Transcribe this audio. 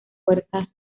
fuerzas